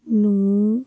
ਨੂੰ